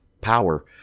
power